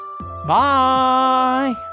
Bye